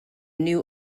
new